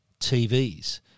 TVs